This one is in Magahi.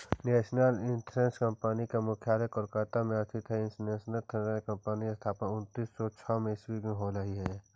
नेशनल इंश्योरेंस कंपनी के मुख्यालय कोलकाता में स्थित हइ नेशनल इंश्योरेंस कंपनी के स्थापना उन्नीस सौ छः ईसवी में होलई हल